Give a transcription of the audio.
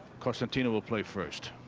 cosentino will play first.